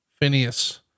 Phineas